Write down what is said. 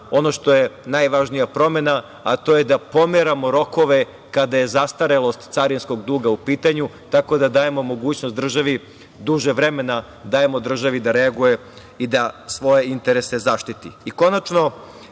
Ono što je najvažnija promena, a to je da pomeramo rokove kada je zastarelost carinskog duga u pitanju, tako da dajemo mogućnost državi, duže vremena dajemo državi da reaguje i da svoje interese zaštiti. Konačno,